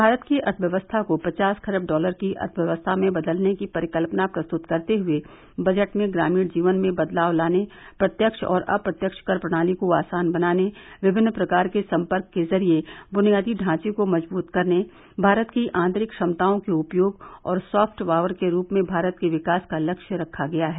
भारत की अर्थव्यवस्था को पचास खरब डॉलर की अर्थव्यवस्था में बदलने की परिकल्पना प्रस्तुत करते हुए बजट में ग्रामीण जीवन में बदलाव लाने प्रत्यक्ष और अप्रत्यक्ष कर प्रणाली को आसान बनाने विभिन्न प्रकार के संपर्क के जरिए बुनियादी ढांचे को मजबूत करने भारत की आंतरिक क्षमताओं के उपयोग और सॉफ्ट पावर के रूप में भारत के विकास का लक्ष्य रखा गया है